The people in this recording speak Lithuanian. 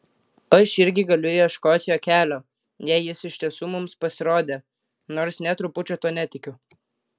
aš irgi galiu ieškot jo kelio jei jis iš tiesų mums pasirodė nors nė trupučio tuo netikiu